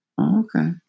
Okay